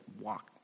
walk